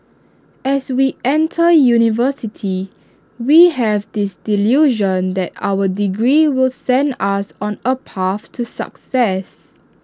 as we enter university we have this delusion that our degree will send us on A path to success